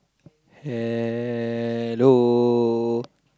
hello